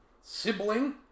sibling